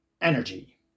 energy